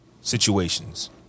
situations